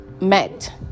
met